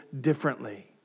differently